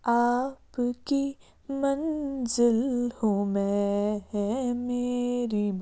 آپ کی منزل ہوں میں ہے میری